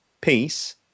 peace